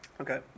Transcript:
Okay